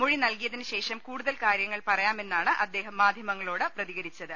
മൊഴി നൽകിയതിന് ശേഷം കൂടുതൽ കാര്യങ്ങൾ പറയാമെന്നാണ് അദ്ദേഹം മാധ്യമങ്ങളോട് പ്രതികരിച്ചത്